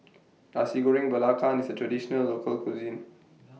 Nasi Goreng Belacan IS A Traditional Local Cuisine